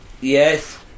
Yes